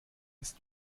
ist